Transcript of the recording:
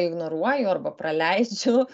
ignoruoju arba praleidžiu